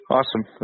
Awesome